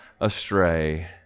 astray